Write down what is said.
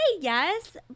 yes